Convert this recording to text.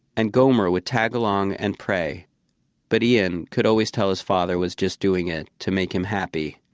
and gomer would tag along and pray but ian could always tell his father was just doing it to make him happy